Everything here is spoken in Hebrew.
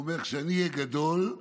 אומר: כשאני אהיה גדול,